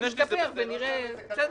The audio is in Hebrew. תודה רבה,